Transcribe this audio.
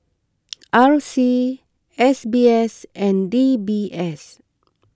R C S B S and D B S